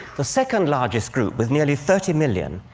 the second largest group, with nearly thirty million,